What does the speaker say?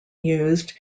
used